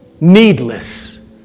needless